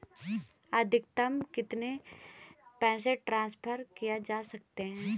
अधिकतम कितने पैसे ट्रांसफर किये जा सकते हैं?